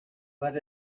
but